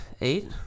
Eight